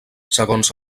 segons